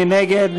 מי נגד?